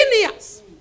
years